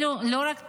אלו לא רק טעויות,